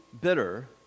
bitter